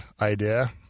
idea